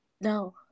No